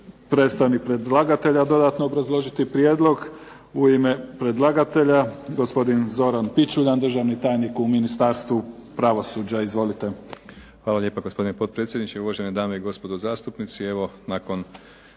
predstavnik predlagatelja dodatno obrazložiti prijedlog? U ime predlagatelja gospodin Zoran Pičuljan, državni tajnik u Ministarstvu pravosuđa. Izvolite. **Pičuljan, Zoran** Hvala lijepa gospodine potpredsjedniče, uvažene dame i gospodo zastupnici.